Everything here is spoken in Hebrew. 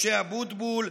משה אבוטבול,